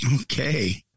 Okay